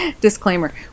disclaimer